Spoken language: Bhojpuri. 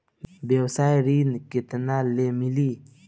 व्यवसाय ऋण केतना ले मिली?